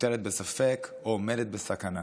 מוטלת בספק או עומדת בסכנה.